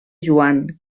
joan